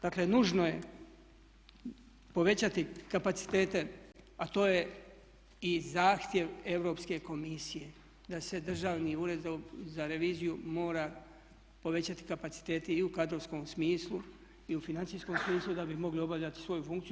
Dakle, nužno je povećati kapacitete a to je i zahtjev Europske komisije da se Državni ured za reviziju mora povećati kapacitete i u kadrovskom smislu i u financijskom smislu da bi mogli obavljati svoju funkciju.